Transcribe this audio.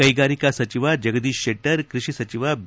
ಕೈಗಾರಿಕಾ ಸಚಿವ ಜಗದೀಶ್ ಶೆಟ್ಟರ್ ಕೃಷಿ ಸಚಿವ ಬಿ